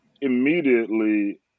immediately